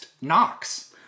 Knox